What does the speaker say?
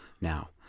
now